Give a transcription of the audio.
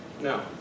No